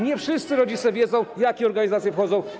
Nie wszyscy rodzice wiedzą, jakie organizacje tam wchodzą.